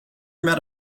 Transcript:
met